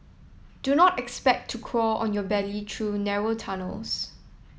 do not expect to crawl on your belly through narrow tunnels